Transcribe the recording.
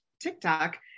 TikTok